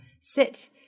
sit